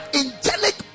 angelic